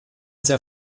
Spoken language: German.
sehr